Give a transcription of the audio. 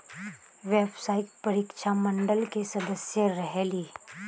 व्यावसायिक परीक्षा मंडल के सदस्य रहे ली?